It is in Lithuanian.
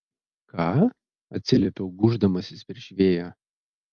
ką atsiliepiau gūždamasis prieš vėją